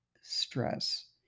stress